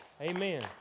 Amen